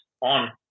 on